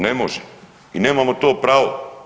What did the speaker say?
Ne može i nemamo to pravo.